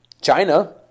China